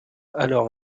alors